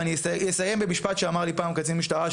ואני אסיים במשפט שאמר לי פעם קצין משטרה,